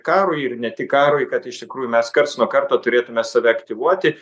karui ir ne tik karui kad iš tikrųjų mes karts nuo karto turėtume save aktyvuoti